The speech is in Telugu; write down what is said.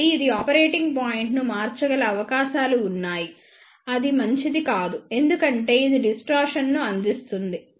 కాబట్టి ఇది ఆపరేటింగ్ పాయింట్ను మార్చగల అవకాశాలు ఉన్నాయిఅది మంచిది కాదు ఎందుకంటే ఇది డిస్టార్షన్ ను అందిస్తుంది